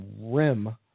rim